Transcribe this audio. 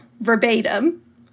verbatim